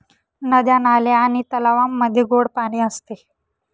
नद्या, नाले आणि तलावांमध्ये गोड पाणी असते